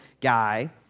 guy